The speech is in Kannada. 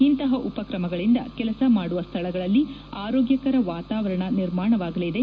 ಇಂತಹ ಉಪಕ್ರಮಗಳಿಂದ ಕೆಲಸ ಮಾಡುವ ಸ್ಥಳಗಳಲ್ಲಿ ಆರೋಗ್ಯಕರ ವಾತಾವರಣ ನಿರ್ಮಾಣವಾಗಲಿದೆ